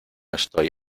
estoy